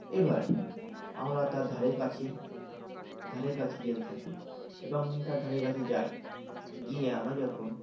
এবার আমরা তার ধারের কাছে ধারের কাছে যেতে থাকি এবং তার ধারের কাছে যাই গিয়ে আমরা যখন